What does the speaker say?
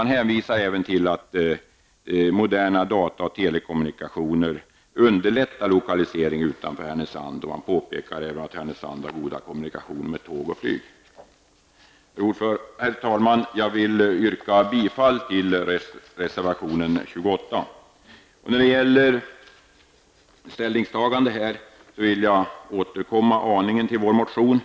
Man hänvisar även till att moderna data och telekommunikationer underlättar en lokalisering till Härnösand, som ju har goda kommunikationer med tåg och flyg. Herr talman! Jag vill yrka bifall till reservation 28. Jag vill återkomma till motionen